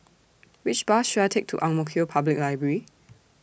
Which Bus should I Take to Ang Mo Kio Public Library